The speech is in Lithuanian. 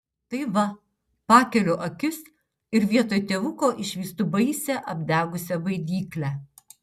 tai va pakeliu akis ir vietoj tėvuko išvystu baisią apdegusią baidyklę